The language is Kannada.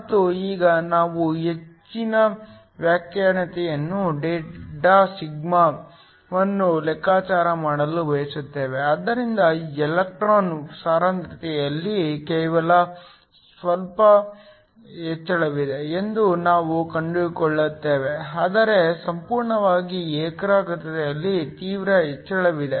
ಮತ್ತು ಈಗ ನಾವು ಹೆಚ್ಚಿನ ವಾಹಕತೆಯ ಡೆಲ್ಟಾ ಸಿಗ್ಮಾವನ್ನು ಲೆಕ್ಕಾಚಾರ ಮಾಡಲು ಬಯಸುತ್ತೇವೆ ಆದ್ದರಿಂದ ಎಲೆಕ್ಟ್ರಾನ್ ಸಾಂದ್ರತೆಯಲ್ಲಿ ಕೇವಲ ಸ್ವಲ್ಪ ಹೆಚ್ಚಳವಿದೆ ಎಂದು ನಾವು ಕಂಡುಕೊಳ್ಳುತ್ತೇವೆ ಆದರೆ ಸಂಪೂರ್ಣ ಏಕಾಗ್ರತೆಯಲ್ಲಿ ತೀವ್ರ ಹೆಚ್ಚಳವಿದೆ